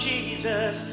Jesus